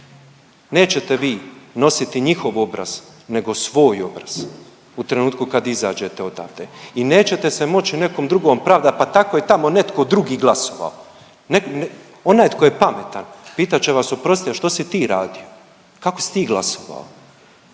Nećete vi nositi njihov obraz, nego svoj obraz u trenutku kad izađete odavde i nećete se moći nekome drugom pravdati, pa tako je tamo netko drugi glasovao. Onaj tko je pametan pitat će vas oprosti a što si ti radio? Kako si ti glasovao?